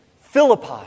Philippi